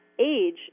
age